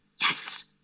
Yes